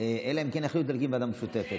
אלא אם כן יחליטו להקים ועדה משותפת.